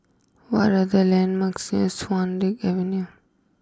what are the landmarks near Swan Lake Avenue